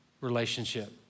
relationship